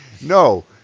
No